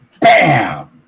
BAM